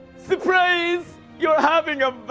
surprise, you're having a